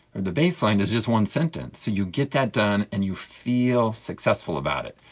the baseline is just one sentence. so you get that done and you feel successful about it.